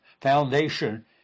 foundation